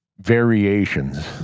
variations